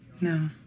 no